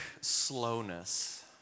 slowness